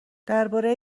درباره